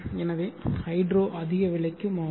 எனவே ஹைட்ரோ அதிக விலைக்கு மாறும்